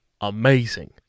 amazing